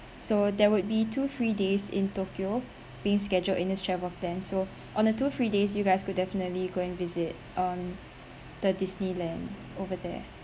so that would be two free days in tokyo being scheduled in this travel plan so on the two free days you guys could definitely go and visit um the disneyland over there